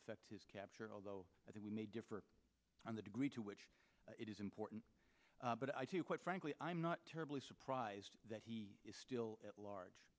affect his capture although i think we may differ on the degree to which it is important but i do quite frankly i'm not terribly surprised that he is still at large